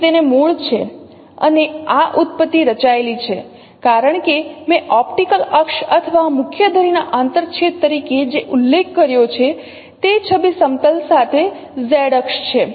તેથી તેને મૂળ છે અને આ ઉત્પત્તિ રચાયેલી છે કારણ કે મેં ઓપ્ટિકલ અક્ષ અથવા મુખ્ય ધરીના આંતરછેદ તરીકે જે ઉલ્લેખ કર્યો છે તે છબી સમતલ સાથે Z અક્ષ છે